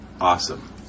awesome